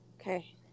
Okay